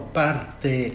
parte